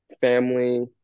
family